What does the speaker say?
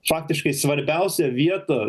faktiškai svarbiausią vietą